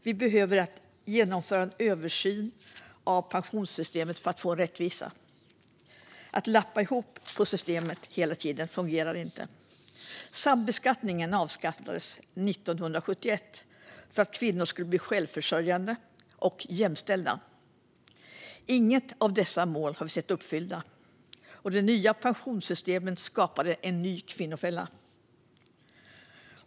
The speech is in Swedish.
Vi behöver genomföra en översyn av pensionssystemet för att få rättvisa. Att hela tiden lappa ihop systemet fungerar inte. Sambeskattningen avskaffades 1971 för att kvinnor skulle bli självförsörjande och jämställda. Inget av dessa mål har vi sett uppfyllda, och det nya pensionssystemet skapade en ny kvinnofälla.